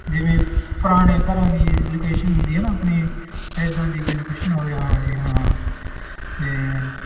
ਜਿਵੇਂ ਪੁਰਾਣੇ ਘਰਾਂ ਦੀ ਲੋਕੇਸ਼ਨ ਹੁੰਦੀ ਹੈ ਨਾ ਆਪਣੀ ਇੱਦਾਂ ਦੀ ਕੋਈ ਲੋਕੇਸ਼ਨ ਹੋਵੇ ਹਾਂ ਜੀ ਹਾਂ ਅਤੇ